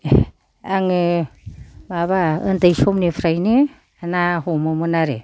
आङो माबा उन्दै समनिफ्रायनो ना हमोमोन आरो